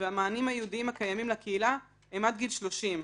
והמענים הייעודיים הקיימים לקהילה הם עד גיל 30,